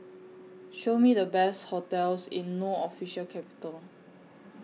Show Me The Best hotels in No Official Capital